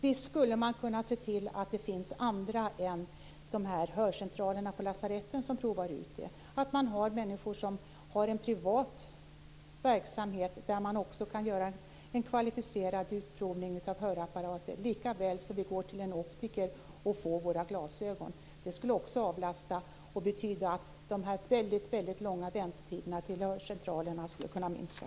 Visst skulle man kunna se till att det finns andra än hörcentralerna på lasaretten som provar ut hörapparater, att det finns en privat verksamhet där människor också kan göra en kvalificerad utprovning av hörapparater, lika väl som att de går till en optiker och får glasögon. Det skulle också avlasta hörcentralerna och betyda att de långa väntetiderna skulle minska.